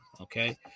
okay